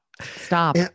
stop